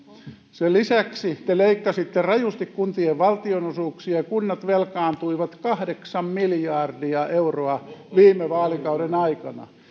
sen lisäksi te leikkasitte rajusti kuntien valtionosuuksia kunnat velkaantuivat kahdeksan miljardia euroa viime vaalikauden aikana